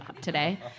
today